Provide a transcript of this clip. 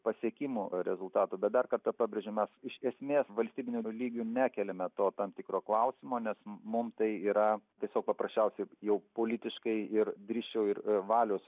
pasiekimų rezultatų bet dar kartą pabrėžiu mes iš esmės valstybiniu lygiu nekeliame to tam tikro klausimo nes mum tai yra tiesiog paprasčiausiai jau politiškai ir drįsčiau ir valios